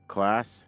Class